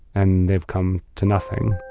and they've come to nothing.